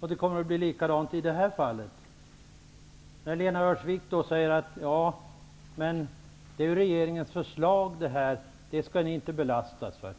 Det kommer att bli likadant i det här fallet. Lena Öhrsvik säger att det är regeringens förslag, och det kan inte hon lastas för.